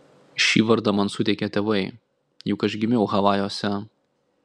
šį vardą man suteikė tėvai juk aš gimiau havajuose